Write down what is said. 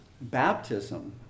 baptism